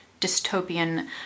dystopian